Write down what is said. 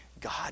God